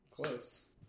Close